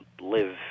live